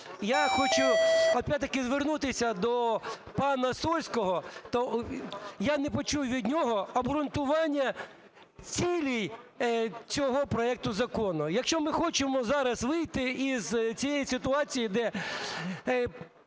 звернутися до пана Сольського. Я не почув від нього обґрунтування цілей цього проекту закону. Якщо ми хочемо зараз вийти із цієї ситуації, де